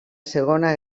segona